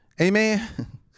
Amen